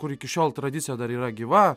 kur iki šiol tradicija dar yra gyva